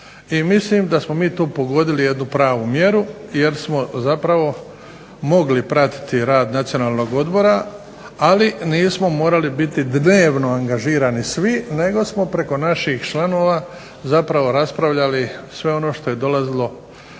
mislim da smo mi tu pogodili jednu pravu mjeru, jer smo zapravo mogli pratiti rad Nacionalnog odbora, ali nismo morali biti dnevno angažirani svi nego smo preko naših članova raspravljali sve ono što je dolazilo